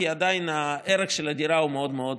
כי עדיין הערך של הדירה הוא מאוד מאוד,